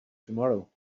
tomorrow